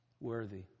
Worthy